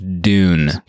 Dune